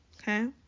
Okay